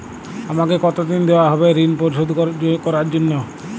আমাকে কতদিন দেওয়া হবে ৠণ পরিশোধ করার জন্য?